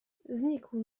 znikł